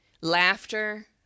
laughter